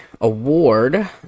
award